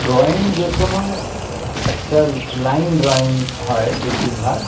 drawing যে কোনও একটা লাইন ড্রয়িং হয় বেশিরভাগ